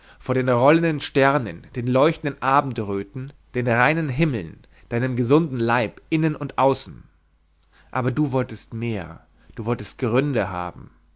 vor den rollenden sternen den leuchtenden abendröten den reinen himmeln deinem gesunden leib innen und außen aber du wolltest mehr du wolltest gründe haben